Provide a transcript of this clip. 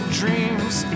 dreams